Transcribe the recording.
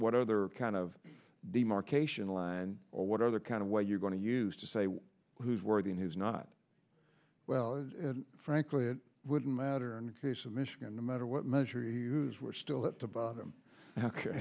what other kind of demarcation line or what other kind of what you're going to use to say who's worthy and who's not well frankly it wouldn't matter in case of michigan no matter what measure we're still at the bottom